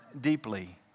deeply